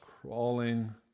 crawling